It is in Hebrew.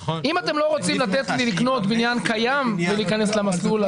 אם אתם לא רוצים לקנות בניין קיים ולהיכנס למסלול,